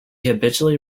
habitually